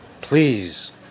please